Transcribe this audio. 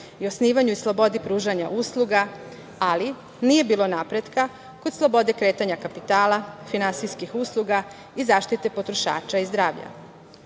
i osnivanju i slobodi pružanja usluga, ali nije bilo napretka kod slobode kretanja kapitala, finansijskih usluga i zaštite potrošača i zdravlja.